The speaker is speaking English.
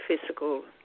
physical